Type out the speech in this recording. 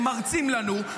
הם מרצים לנו,